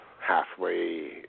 halfway